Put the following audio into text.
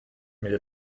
milde